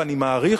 ואני מעריך,